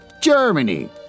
Germany